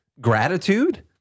gratitude